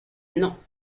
non